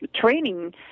training